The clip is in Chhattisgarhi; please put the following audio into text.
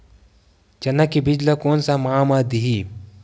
चना के बीज ल कोन से माह म दीही?